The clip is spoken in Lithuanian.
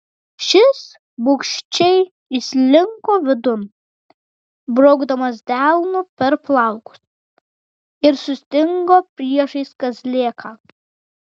šis bugščiai įslinko vidun braukdamas delnu per plaukus ir sustingo priešais kazlėką